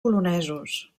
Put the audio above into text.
polonesos